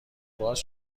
باز